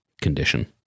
condition